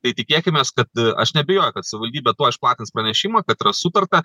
tai tikėkimės kad aš neabejoju kad savivaldybė tuoj išplatins pranešimą kad yra sutarta